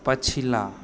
पछिला